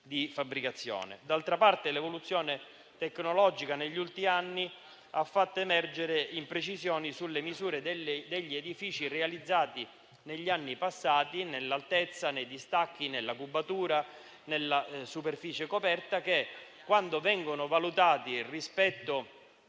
D'altra parte, l'evoluzione tecnologica negli ultimi anni ha fatto emergere imprecisioni sulle misure degli edifici realizzati negli anni passati nell'altezza, nei distacchi, nella cubatura, nella superficie coperta, che, quando vengono valutati rispetto